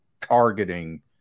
targeting